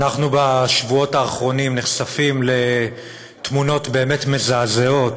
בשבועות האחרונים אנחנו נחשפים לתמונות באמת מזעזעות